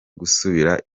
gusubira